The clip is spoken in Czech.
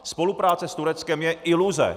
Spolupráce s Tureckem je iluze.